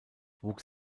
wuchs